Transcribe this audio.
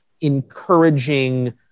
encouraging